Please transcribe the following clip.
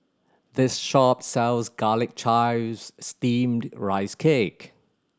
this shop sells Garlic Chives Steamed Rice Cake